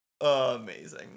Amazing